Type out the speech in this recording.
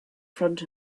front